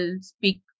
speak